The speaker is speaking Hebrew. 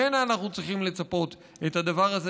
ממנה אנחנו צריכים לצפות את הדבר הזה